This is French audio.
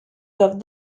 doivent